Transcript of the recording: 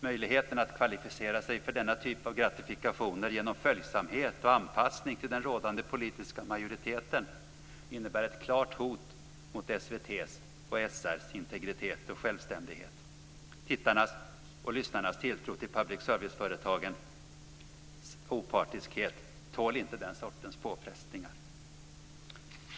Möjligheten att kvalificera sig för denna typ av gratifikationer genom följsamhet och anpassning till den rådande politiska majoriteten innebär ett klart hot mot SVT:s och SR:s integritet och självständighet. Tittarnas och lyssnarnas tilltro till public service-företagens opartiskhet tål inte den sortens påfrestningar.